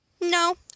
No